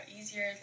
easier